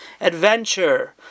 adventure